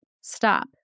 stop